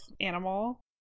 animal